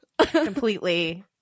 completely